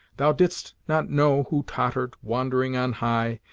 thou didst not know, who tottered, wandering on high,